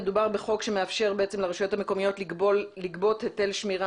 מדובר בחוק שמאפשר לרשויות המקומיות לגבות היטל שמירה